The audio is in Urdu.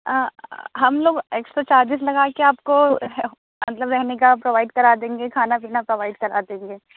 ہم لوگ ایکسٹرا چارجیز لگا کے آپ کو مطلب رہنے کا پرووائڈ کرا دیں گے کھانا پینا پرووائڈ کرا دیں گے